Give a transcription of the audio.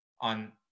on